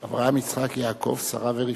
אברהם, יצחק, יעקב, שרה ורבקה.